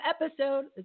episode